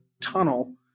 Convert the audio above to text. tunnel